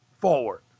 forward